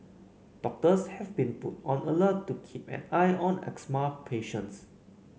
doctors have been put on alert to keep an eye on asthma patients